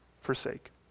forsake